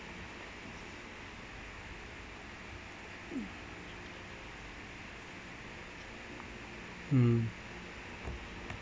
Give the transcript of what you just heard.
mm